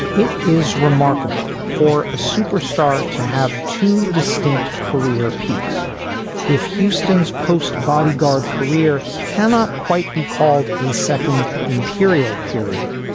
it is remarkable for a superstar to have two distinct career peaks if houston's post bodyguard career cannot quite be called a second imperial period,